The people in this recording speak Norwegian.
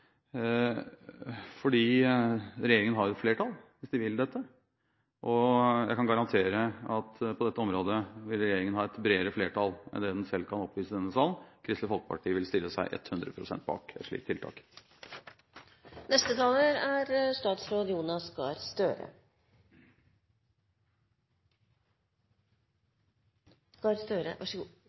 fordi regjeringen har et flertall, hvis den vil dette, og jeg kan garantere at regjeringen på dette området vil ha et bredere flertall enn det den selv kan oppvise i denne salen. Kristelig Folkeparti vil stille seg 100 pst. bak et slikt tiltak. Jeg er